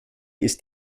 ist